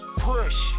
push